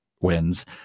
wins